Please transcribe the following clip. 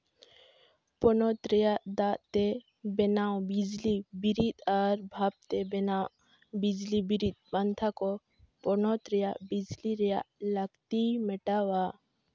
ᱯᱚᱱᱚᱛ ᱨᱮᱭᱟᱜ ᱫᱟᱜ ᱛᱮ ᱵᱮᱱᱟᱣ ᱵᱤᱡᱽᱞᱤ ᱵᱤᱨᱤᱫ ᱟᱨ ᱵᱷᱟᱵᱽ ᱛᱮ ᱵᱤᱡᱽᱞᱤ ᱵᱤᱨᱤᱫ ᱯᱟᱱᱛᱷᱟ ᱠᱚ ᱯᱚᱱᱚᱛ ᱨᱮᱭᱟᱜ ᱵᱤᱡᱽᱞᱤ ᱨᱮᱭᱟᱜ ᱞᱟᱹᱠᱛᱤ ᱢᱮᱴᱟᱣᱼᱟ